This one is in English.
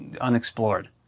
unexplored